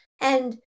and-